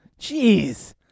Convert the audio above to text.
Jeez